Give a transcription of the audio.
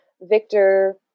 Victor